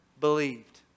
believed